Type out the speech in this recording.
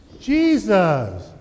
Jesus